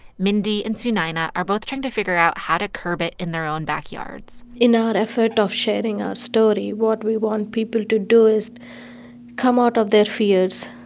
mindy and sunayana are both trying to figure out how to curb it in their own backyards in our effort of sharing our story, what we want people to do is come out of their fears,